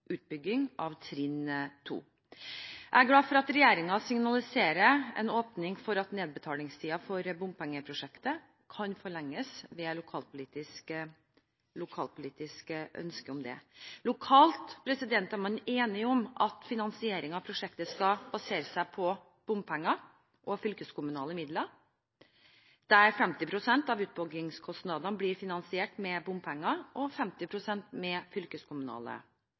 åpning for at nedbetalingstiden for bompengeprosjektet kan forlenges – ved lokalpolitisk ønske om det. Lokalt er man enig om at finansiering av prosjektet skal baseres seg på bompenger og fylkeskommunale midler, der 50 pst. av utbyggingskostnadene blir finansiert med bompenger og 50 pst. med fylkeskommunale